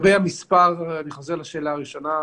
אני חוזר לשאלה הראשונה,